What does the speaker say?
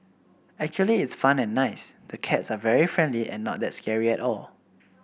actually it's fun and nice the cats are very friendly and not that scary at all